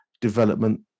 development